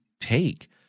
take